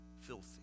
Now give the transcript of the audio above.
filthy